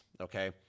okay